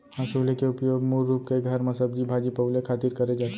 हँसुली के उपयोग मूल रूप के घर म सब्जी भाजी पउले खातिर करे जाथे